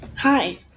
Hi